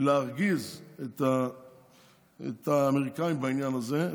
להרגיז את האמריקאים בעניין הזה.